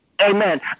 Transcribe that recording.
Amen